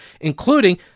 including